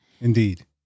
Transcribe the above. Indeed